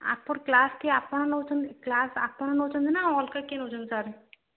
ଆପଣ କ୍ଲାସ୍ କିିଏ ଆପଣ ନେଉଛନ୍ତି କ୍ଲାସ୍ ଆପଣ ନେଉଛନ୍ତି ନା ଅଲଗା କିଏ ନେଉଛନ୍ତି ସାର୍